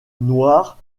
noirs